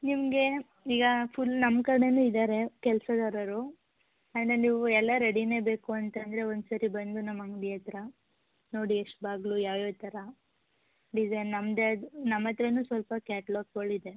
ನಿಮಗೆ ಈಗ ಫುಲ್ ನಮ್ಮ ಕಡೆನೂ ಇದ್ದಾರೆ ಕೆಲಸಗಾರರು ಅಂದರೆ ನೀವು ಎಲ್ಲ ರೆಡಿನೇ ಬೇಕು ಅಂತ ಅಂದರೆ ಒಂದು ಸಾರಿ ಬಂದು ನಮ್ಮ ಅಂಗಡಿ ಹತ್ರ ನೋಡಿ ಎಷ್ಟು ಬಾಗ್ಲು ಯಾವ್ಯಾವ ಥರ ಡಿಸೈನ್ ನಮ್ಮದೇ ಆದ ನಮ್ಮ ಹತ್ರನೂ ಸ್ವಲ್ಪ ಕ್ಯಾಟ್ಲಾಕ್ಗಳಿದೆ